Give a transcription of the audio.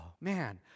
man